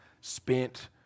spent